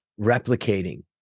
replicating